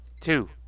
two